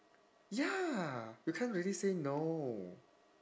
ya you can't really say no